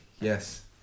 yes